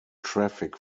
traffic